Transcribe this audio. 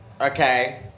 Okay